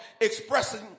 expressing